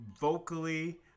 vocally